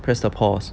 press the pause